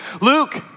Luke